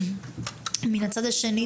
מן הצד השני,